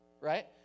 right